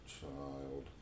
Child